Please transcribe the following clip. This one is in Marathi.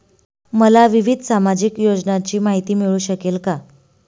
मला विविध सामाजिक योजनांची माहिती मिळू शकेल का?